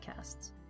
podcasts